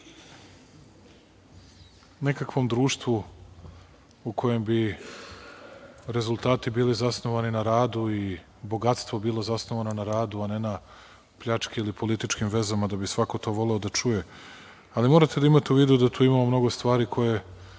nekakvom društvu u kojem bi rezultati bili zasnovani na radu i bogatstvu, bilo zasnovano na radu a ne na pljački i političkim vezama, da bi svako to voleo da čuje. Morate da imate u vidu da tu imamo mnogo stvari koje